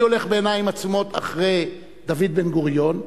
אני הולך בעיניים עצומות אחרי דוד בן-גוריון,